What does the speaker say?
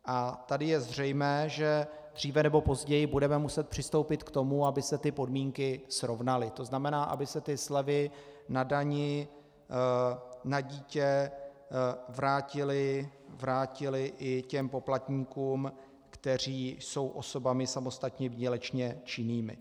A tady je zřejmé, že dříve nebo později budeme muset přistoupit k tomu, aby se podmínky srovnaly, to znamená, aby se slevy na dani na dítě vrátily i těm poplatníkům, kteří jsou osobami samostatně výdělečně činnými.